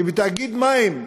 שבתאגיד מים,